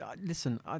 Listen